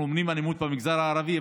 אנחנו אומרים "אלימות במגזר הערבי",